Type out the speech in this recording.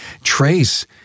Trace